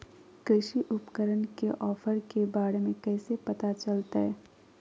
कृषि उपकरण के ऑफर के बारे में कैसे पता चलतय?